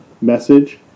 message